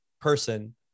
person